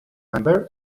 member